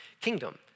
kingdom